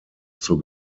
zur